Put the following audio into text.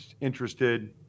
interested